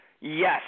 Yes